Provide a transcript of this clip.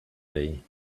day